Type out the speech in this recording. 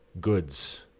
goods